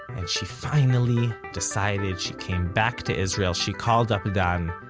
and she finally decided she came back to israel, she called up dan,